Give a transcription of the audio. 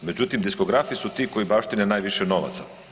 Međutim, diskografi su ti koji baštine najviše novaca.